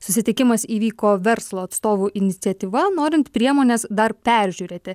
susitikimas įvyko verslo atstovų iniciatyva norint priemones dar peržiūrėti